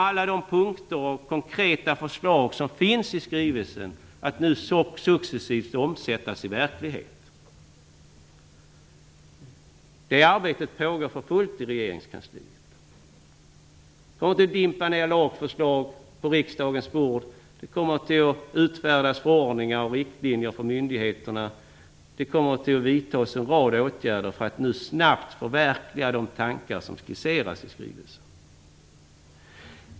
Alla de punkter och konkreta förslag som finns i skrivelsen kommer nu successivt att omsättas i verkligheten. Det arbetet pågår för fullt i regeringskansliet. Man planerar lagförslag som skall läggas på riksdagens bord. Förordningar och riktlinjer för myndigheterna kommer att utfärdas. En rad åtgärder kommer att vidtas för att snabbt förverkliga de tankar som skisseras i skrivelsen.